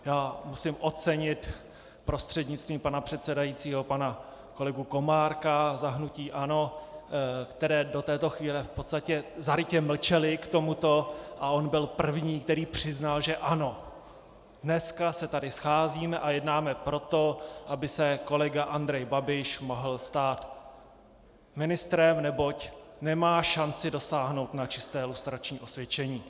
Já musím ocenit prostřednictvím pana předsedajícího pana kolegu Komárka za hnutí ANO, které do této chvíle v podstatě zarytě mlčelo k tomuto, a on byl první, který přiznal, že ano, dneska se tady scházíme a jednáme proto, aby se kolega Andrej Babiš mohl stát ministrem, neboť nemá šanci dosáhnout na čisté lustrační osvědčení.